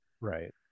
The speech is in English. right